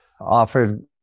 offered